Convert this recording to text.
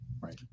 right